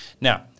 Now